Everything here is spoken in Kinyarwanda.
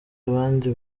abandi